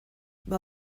mae